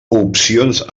opcions